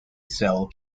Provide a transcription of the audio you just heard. cell